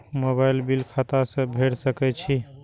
Mobile bill खाता से भेड़ सके छि?